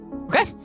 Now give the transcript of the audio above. Okay